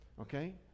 okay